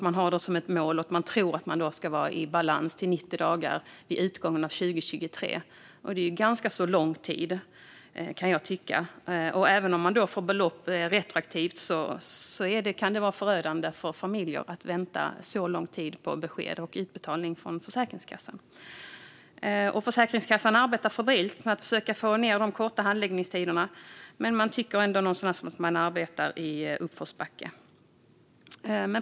Myndigheten tror att man ska vara i balans och ha en handläggningstid på 90 dagar vid utgången av 2023. Det är ganska lång tid, kan jag tycka. Även om belopp fås retroaktivt kan det vara förödande för familjer att vänta så lång tid på besked och utbetalning från Försäkringskassan. Försäkringskassan arbetar febrilt med att försöka få ned handläggningstiderna, men man tycker att man arbetar i uppförsbacke.